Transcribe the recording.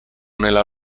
nella